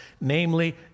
namely